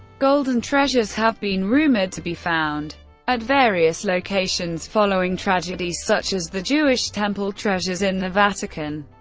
golden treasures have been rumored to be found at various locations, following tragedies such as the jewish temple treasures in the vatican,